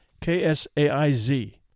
K-S-A-I-Z